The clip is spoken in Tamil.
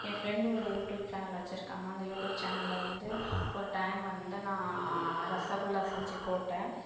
என் ஃப்ரெண்ட்டு ஒரு யூடியூப் சேனல் வெச்சிருக்காங்க அந்த யூடியூப் சேனலில் வந்து ஒரு டைம் வந்து நான் ரசகுல்லா செஞ்சு போட்டேன்